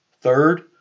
Third